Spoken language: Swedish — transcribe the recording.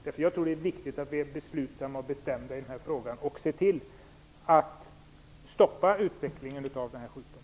Det är viktigt att vi är beslutsamma och bestämda i denna fråga och därmed ser till att vi stoppar spridningen av sjukdomen.